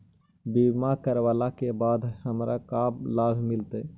बीमा करवला के बाद हमरा का लाभ मिलतै?